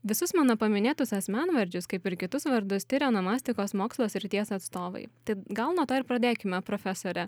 visus mano paminėtus asmenvardžius kaip ir kitus vardus tiria onomastikos mokslo srities atstovai tai gal nuo to ir pradėkime profesore